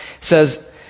says